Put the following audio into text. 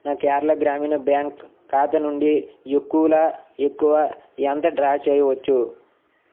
నా కేరళ గ్రామీణ బ్యాంక్ ఖాతా నుండి ఎక్కువల ఎక్కువ ఎంత డ్రా చేయవచ్చు